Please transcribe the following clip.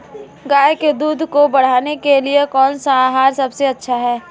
गाय के दूध को बढ़ाने के लिए कौनसा आहार सबसे अच्छा है?